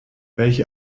welche